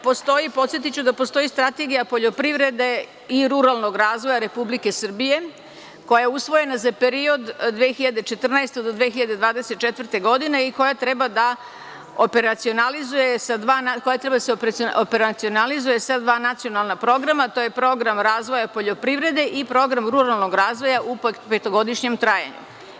Podsetiću da postoji Strategija poljoprivrede i ruralnog razvoja Republike Srbije, koja je usvojena za period od 2014. do 2024. godine i koja treba da se operacionalizuje sa dva nacionalna programa, a to je Program razvoja poljoprivrede i Program ruralnog razvoja u petogodišnjem trajanju.